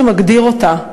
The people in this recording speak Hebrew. שמגדיר אותה,